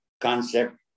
concept